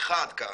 אחת, כאמור,